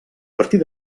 partir